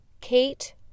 Kate